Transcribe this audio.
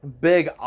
Big